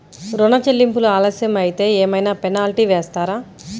ఋణ చెల్లింపులు ఆలస్యం అయితే ఏమైన పెనాల్టీ వేస్తారా?